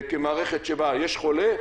כמערכת שבה יש חולה,